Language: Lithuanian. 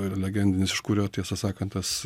legendinis iš kurio tiesą sakant tas